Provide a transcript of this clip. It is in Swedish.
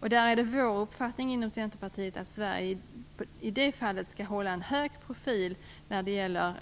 Det är vår uppfattning inom Centerpartiet att Sverige när det gäller